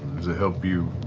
does it help you